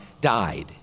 died